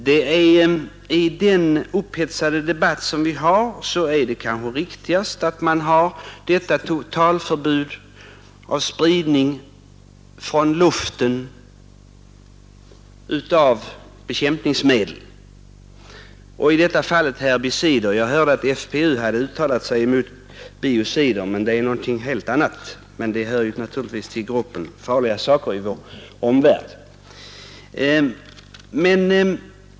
Med tanke på den upphetsade debatt som vi har är det kanske riktigast att man har detta totalförbud mot spridning av bekämpningsmedel från luften och i detta fall beträffande herbicider. Jag hörde att FPU hade uttalat sig mot biocider. Det är någonting helt annat men det hör naturligtvis till gruppen farliga saker i vår miljö.